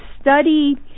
study